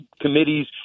committees